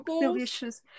Delicious